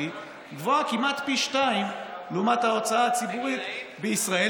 גבוהה כמעט פי שניים מההוצאה הציבורית בישראל,